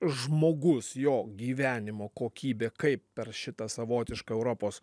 žmogus jo gyvenimo kokybė kaip per šitą savotišką europos